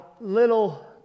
little